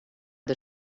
dêr